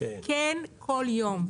כן, כל יום.